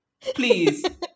Please